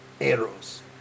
arrows